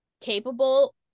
capable